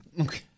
Okay